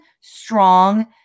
strong